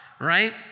Right